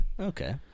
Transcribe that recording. Okay